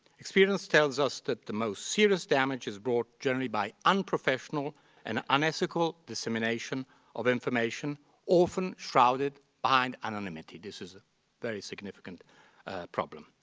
experience tells us that the most serious damage is brought generally by unprofessional and unethical dissemination of information often shrouded behind anonymity. this is a very significant problem.